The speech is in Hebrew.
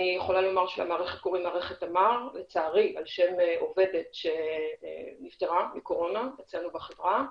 למערכת קוראים מערכת תמר לצערי על שם עובדת שנפטרה מקורונה אצלנו בחברה.